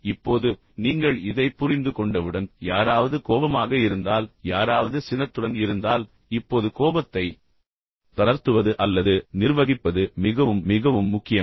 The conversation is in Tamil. இப்போது நீங்கள் இதைப் புரிந்துகொண்டவுடன் யாராவது கோபமாக இருந்தால் யாராவது சினத்துடன் இருந்தால் இப்போது இப்போது கோபத்தை தளர்த்துவது அல்லது நிர்வகிப்பது மிகவும் மிகவும் முக்கியம்